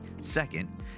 Second